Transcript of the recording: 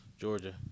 Georgia